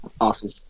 Awesome